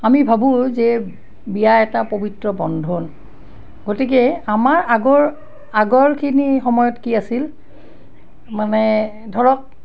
আমি ভাৱোঁ যে বিয়া এটা পৱিত্ৰ বন্ধন গতিকে আমাৰ আগৰ আগৰ খিনি সময়ত কি আছিল মানে ধৰক